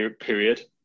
period